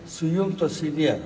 sujungtos į vieną